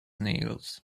nails